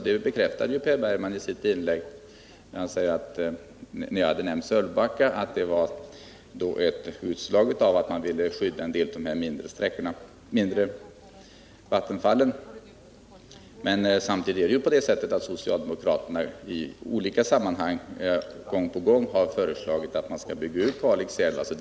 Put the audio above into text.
Det bekräftade Per Bergman isitt inlägg när han med anledning av att jag hade nämnt Sölvbacka sade att socialdemokraternas ställningstagande då var ett utslag av att man ville skydda en del av de mindre vattenfallen. Samtidigt är det ju så att socialdemokraterna i olika sammanhang gång på gång har föreslagit att Kalixälven skall byggas ut.